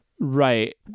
Right